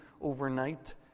overnight